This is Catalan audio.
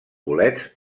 bolets